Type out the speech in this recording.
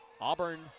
Auburn